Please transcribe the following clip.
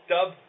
Dub